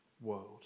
world